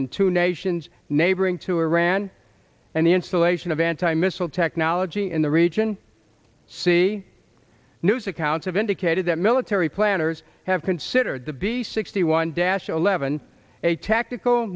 in two nations neighboring to iran and the installation of anti missile technology in the region see news accounts of indicated that military planners have considered to be sixty one dash eleven a tactical